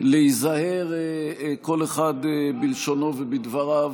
ולהיזהר כל אחד בלשונו ובדבריו,